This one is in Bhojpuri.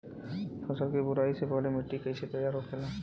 फसल की बुवाई से पहले मिट्टी की कैसे तैयार होखेला?